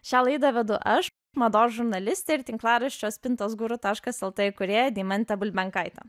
šią laidą vedu aš mados žurnalistė ir tinklaraščio spintos guru taškas lt įkūrėja deimantė bulbenkaitė